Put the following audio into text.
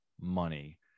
money